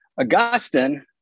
augustine